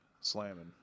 slamming